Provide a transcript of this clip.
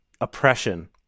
oppression